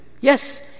yes